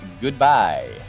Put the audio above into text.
goodbye